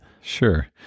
Sure